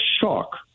shock